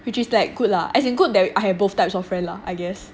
which is like good lah as in good that I have both types of friend lah I guess